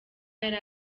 yari